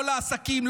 לא לעסקים,